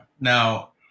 Now